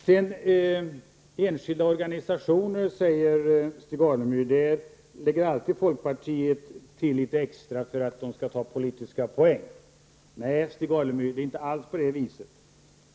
Till enskilda organisationer, säger Stig Alemyr, lägger folkpartiet alltid på litet extra, för att ta politiska poäng. Nej, Stig Alemyr, det är inte alls på det viset.